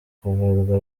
kuvurwa